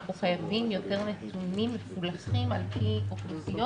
שאנחנו חייבים נתונים יותר מפולחים על פי אוכלוסיות